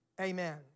Amen